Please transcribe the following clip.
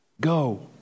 Go